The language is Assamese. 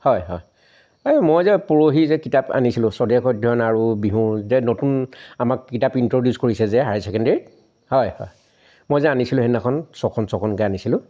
হয় হয় এই মই যে পৰহি যে কিতাপ আনিছিলোঁ স্বদেশ অধ্য়য়ন আৰু বিহু যে নতুন আমাক কিতাপ ইণ্ট্ৰ'ডিউচ কৰিছে যে হাই ছেকেণ্ডেৰীৰ হয় হয় মই যে আনিছিলোঁ সেইদিনাখন ছয়খন ছয়খনকৈ আনিছিলোঁ